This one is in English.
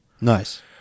Nice